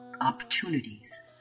opportunities